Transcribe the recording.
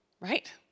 right